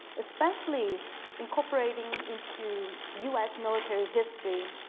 especially incorporating into us military history,